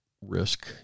risk